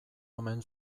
omen